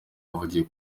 yavugiye